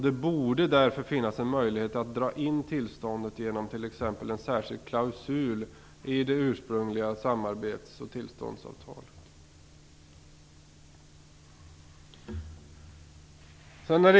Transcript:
Det borde därför finnas en möjlighet att dra in tillståndet, t.ex. genom en särskild klausul i det ursprungliga samarbets och tillståndsavtalet.